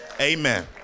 Amen